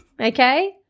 okay